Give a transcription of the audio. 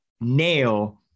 nail